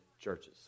churches